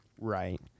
Right